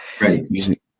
right